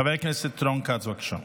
חבר הכנסת רון כץ, בבקשה.